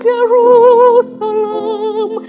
Jerusalem